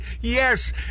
yes